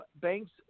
banks